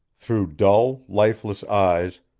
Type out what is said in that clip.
through dull, lifeless eyes,